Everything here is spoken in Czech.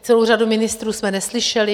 Celou řadu ministrů jsme neslyšeli.